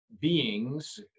beings